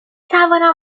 توانم